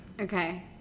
okay